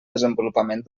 desenvolupament